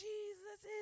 Jesus